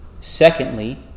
secondly